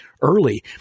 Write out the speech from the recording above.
early